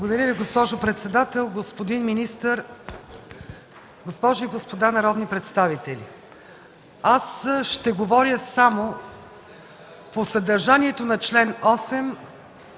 Благодаря Ви, госпожо председател. Господин министър, госпожи и господа народни представители! Ще говоря само по съдържанието на чл. 8